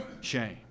shame